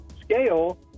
scale